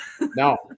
No